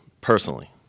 personally